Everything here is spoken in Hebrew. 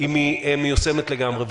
מיושמת לגמרי.